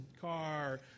car